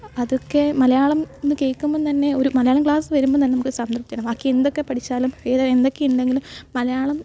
അതൊക്കെ മലയാളം എന്ന് കേൾക്കുമ്പം തന്നെ ഒരു മലയാളം ക്ലാസ്സ് വരുമ്പത്തന്നെ നമുക്കൊരു സംതൃപ്തിയാണ് ബാക്കിയെന്തൊക്കെ പഠിച്ചാലും ഏ എന്തൊക്കെ ഉണ്ടെങ്കിലും മലയാളം